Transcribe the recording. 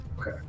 Okay